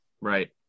Right